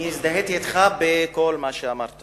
אני הזדהיתי אתך בכל מה שאמרת